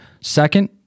Second